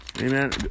Amen